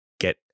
get